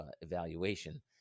evaluation